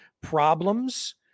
problems